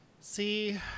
See